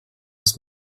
muss